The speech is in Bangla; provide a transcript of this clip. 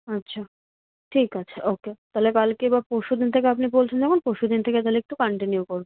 আচ্ছা ঠিক আছে ওকে তাহলে কালকে বা পরশু দিন থেকে আপনি বলছেন যখন পরশু দিন থেকে তাহলে একটু কান্টিনিউ করবেন